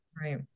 Right